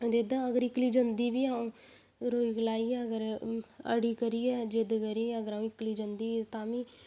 अगर इक्कली जंदी बी हां रोई करलाई अगर अड़ी करियै अगर जिद्द करियै अ'ऊं इक्कली जंदी तां बी